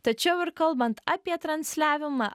tačiau ir kalbant apie transliavimą